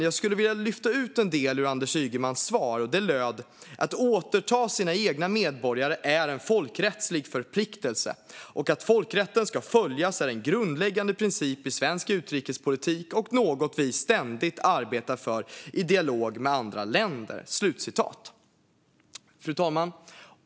Jag skulle vilja lyfta ut en del ur Anders Ygemans svar som löd: "Att återta sina egna medborgare är en folkrättslig förpliktelse, och att folkrätten ska följas är en grundläggande princip i vår utrikespolitik och något vi ständigt arbetar för i dialog med andra länder." Fru talman!